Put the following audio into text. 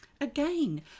Again